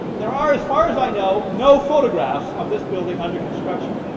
there are, as far as i know, no photographs of this building under construction.